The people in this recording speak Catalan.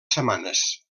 setmanes